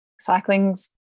cycling's